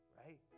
right